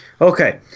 Okay